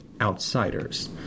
outsiders